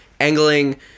angling